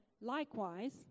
likewise